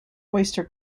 oyster